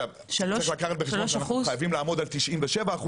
צריך לקחת בחשבון שאנחנו חייבים לעמוד על 97%,